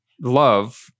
love